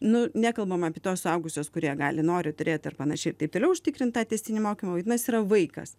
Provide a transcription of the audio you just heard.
nu nekalbam apie tuos suaugusius kurie gali nori turėt ir panašiai ir taip toliau užtikrint tą tęstinį mokymą vadinas yra vaikas